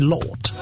Lord